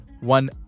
one